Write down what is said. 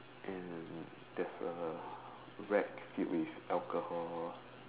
and there's a rack filled with alcohol